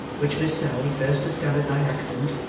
which miss sally first discovered by accident,